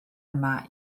yma